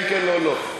כן, כן, לא, לא.